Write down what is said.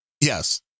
yes